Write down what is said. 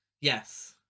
Yes